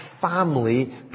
family